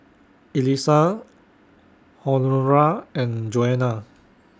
Elissa Honora and Joana